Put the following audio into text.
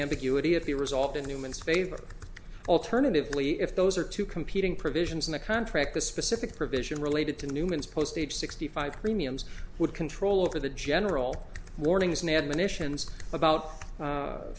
ambiguity if the result in humans favor alternatively if those are two competing provisions in the contract the specific provision related to newman's post age sixty five premiums would control over the general warnings and admonitions about